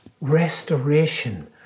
restoration